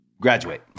graduate